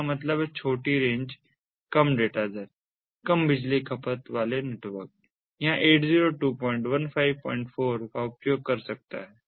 इसका मतलब है छोटी रेंज कम डेटा दर कम बिजली खपत वाले नेटवर्क यह 802154 का उपयोग कर सकता है